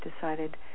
decided